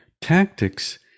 Tactics